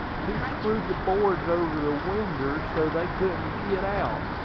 he screwed the boards over the winder so they couldn't git out.